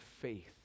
faith